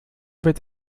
wird